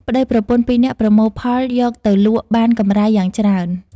ប្តីប្រពន្ធពីរនាក់ប្រមូលផលយកទៅលក់បានកំរៃយ៉ាងច្រើន ។